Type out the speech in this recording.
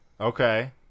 Okay